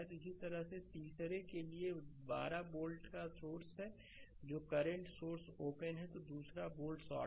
इसी तरह तीसरे के लिए 12 वोल्ट का सोर्स है जो करंट सोर्स ओपन है और दूसरा वोल्ट शार्ट है